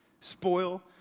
spoil